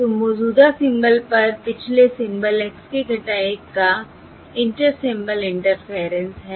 तो मौजूदा सिंबल पर पिछले सिंबल x k 1 का इंटर सिंबल इंटरफेयरेंस है